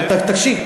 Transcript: אבל תקשיב.